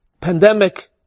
pandemic